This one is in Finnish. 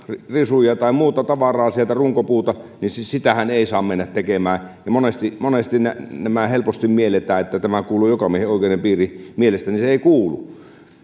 risuja tai muuta tavaraa sieltä runkopuuta niin sitähän ei siis saa mennä tekemään monesti monesti helposti mielletään että tämä kuuluu jokamiehenoikeuden piiriin mielestäni se ei kuulu